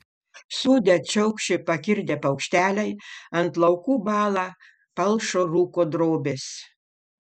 sode čiaukši pakirdę paukšteliai ant laukų bąla palšo rūko drobės